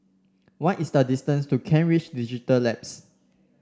what is the distance to Kent Ridge Digital Labs